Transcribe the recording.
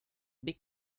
big